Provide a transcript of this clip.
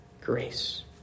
grace